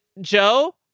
Joe